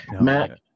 Matt